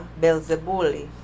Belzebuli